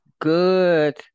good